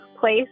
place